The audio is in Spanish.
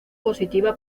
positiva